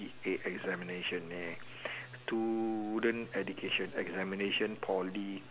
C_C_A examination eh student education examination Poly